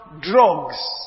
drugs